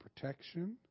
protection